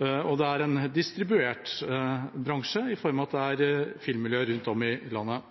og det er en distribuert bransje i form av at det er filmmiljøer rundt om i landet.